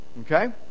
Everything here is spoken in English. Okay